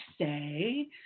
say